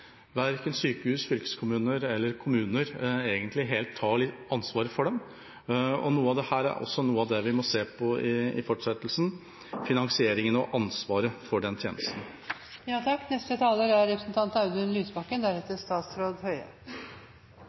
verken sykehus, fylkeskommuner eller kommuner egentlig helt tar ansvaret for den. Dette er også noe av det vi må se på i fortsettelsen – finansieringen og ansvaret for den